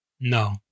No